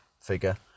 figure